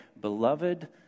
beloved